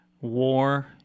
war